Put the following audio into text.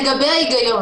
לגבי ההיגיון